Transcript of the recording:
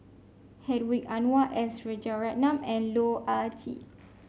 Hedwig Anuar S Rajaratnam and Loh Ah Chee